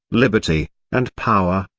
liberty, and power,